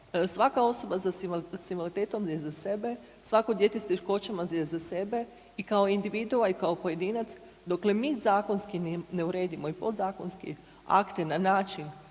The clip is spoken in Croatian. Svaka osoba s invaliditetom je za sebe, svako dijete s teškoćama je za sebe i kao individua i kao pojedinac, dokle mi zakonski ne uredimo i podzakonski akte na način